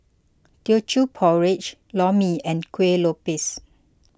Teochew Porridge Lor Mee and Kueh Lopes